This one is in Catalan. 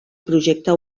projecte